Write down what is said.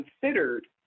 considered